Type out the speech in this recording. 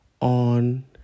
on